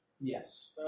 Yes